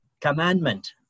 commandment